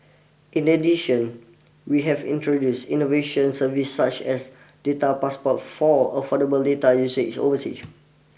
in addition we have introduced innovation service such as data passport for affordable data usage oversea